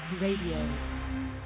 Radio